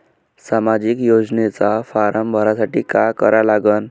सामाजिक योजनेचा फारम भरासाठी का करा लागन?